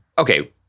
Okay